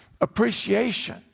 appreciation